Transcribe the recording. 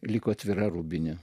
liko atvira rūbinė